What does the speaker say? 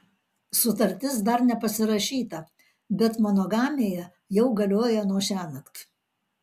sutartis dar nepasirašyta bet monogamija jau galioja nuo šiąnakt